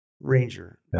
Ranger